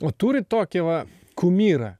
o turi tokį va kumyrą